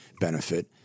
benefit